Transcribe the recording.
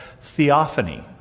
Theophany